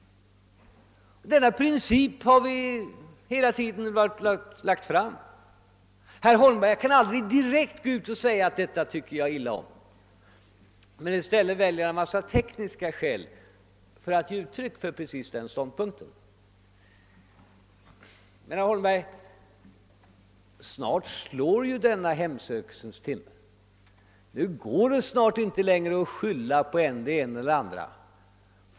Vi har hela tiden hållit på denna princip. Herr Holmberg kan aldrig direkt säga att han tycker illa om det här förslaget. I stället anför han en mängd tekniska skäl för att ge uttryck för just den ståndpunkten. Men snart slår ju hemsökelsens timme, herr Holmberg, ty nu går det inte längre att skylla på än det ena än det andra.